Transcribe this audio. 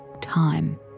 time